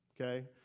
okay